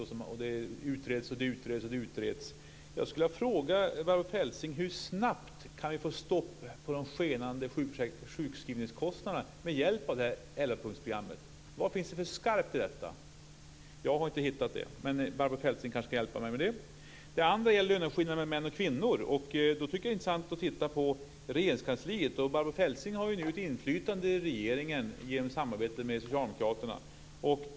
Det utreds, utreds och utreds. Hur snabbt kan vi få stopp på de skenande sjukskrivningskostnaderna med hjälp av det här 11-punktsprogrammet? Vad finns det för skarpt i detta? Jag har inte hittat något sådant, men Barbro Feltzing kan kanske hjälpa mig med den saken. För det andra gäller det löneskillnaden mellan män och kvinnor. Det är då intressant att studera Regeringskansliet. Barbro Feltzing har ju nu ett inflytande i regeringen genom samarbetet med Socialdemokraterna.